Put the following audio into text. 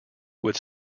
would